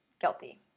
Guilty